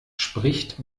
spricht